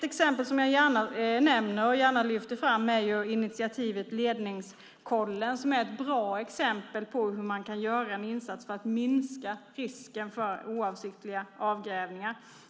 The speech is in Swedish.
Något som jag gärna nämner och gärna lyfter fram är initiativet Ledningskollen som är ett bra exempel på hur man kan göra en insats för att minska risken för oavsiktliga avgrävningar.